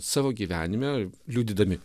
savo gyvenime liudydami